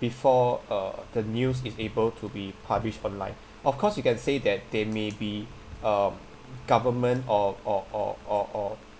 before uh the news is able to be published online of course you can say that there may be uh government or or or or or